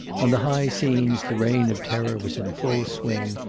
on the high seas the reign of terror was in full swing,